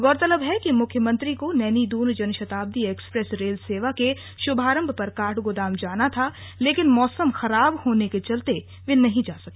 गौरतलब है कि मुख्यमंत्री को नैनी दून जनशताब्दी एक्सप्रेस रेल सेवा के शुभारम्भ पर कांठगोदाम जाना था लेकिन मौसम खराब होने के कारण वे नहीं जा सके